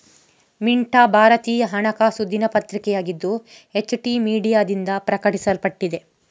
ಮಿಂಟಾ ಭಾರತೀಯ ಹಣಕಾಸು ದಿನಪತ್ರಿಕೆಯಾಗಿದ್ದು, ಎಚ್.ಟಿ ಮೀಡಿಯಾದಿಂದ ಪ್ರಕಟಿಸಲ್ಪಟ್ಟಿದೆ